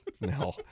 No